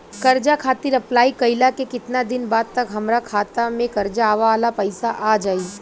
कर्जा खातिर अप्लाई कईला के केतना दिन बाद तक हमरा खाता मे कर्जा वाला पैसा आ जायी?